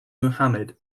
muhammad